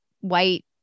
white